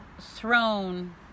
throne